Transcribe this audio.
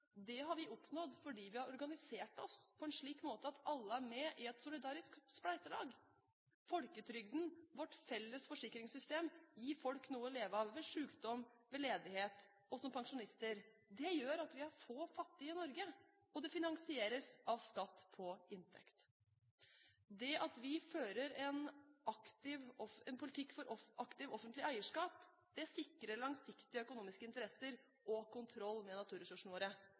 Det har vi oppnådd fordi vi har organisert oss på en slik måte at alle er med i et solidarisk spleiselag. Folketrygden, vårt felles forsikringssystem, gir folk noe å leve av ved sykdom, ved ledighet og som pensjonister. Det gjør at vi har få fattige i Norge – og det finansieres av skatt på inntekt. Det at vi fører en politikk for aktivt offentlig eierskap, sikrer langsiktige økonomiske interesser og kontroll med naturressursene våre.